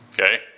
Okay